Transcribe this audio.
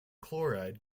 chloride